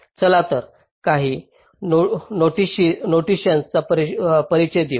चला तर काही नोटिशीज चा परिचय देऊ